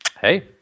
Hey